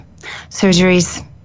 surgeries